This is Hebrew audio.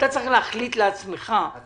אתה צריך להחליט לעצמך אם